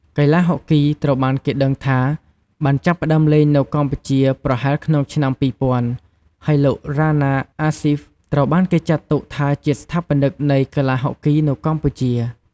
កីឡាហុកគីត្រូវបានគេដឹងថាបានចាប់ផ្ដើមលេងនៅកម្ពុជាប្រហែលក្នុង ឆ្នាំ២០០០ ហើយលោក រាណា អាសុីហ្វ ត្រូវបានគេចាត់ទុកថាជាស្ថាបនិកនៃកីឡាហុកគីនៅកម្ពុជា។